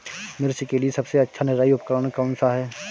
मिर्च के लिए सबसे अच्छा निराई उपकरण कौनसा है?